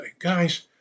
Guys